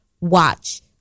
watch